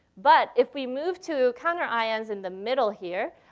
but if we move to counterions in the middle here,